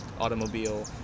automobile